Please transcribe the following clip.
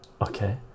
okay